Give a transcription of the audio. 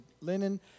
linen